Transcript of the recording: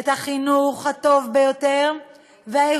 זמנך עבר, חברת הכנסת לביא.